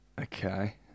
Okay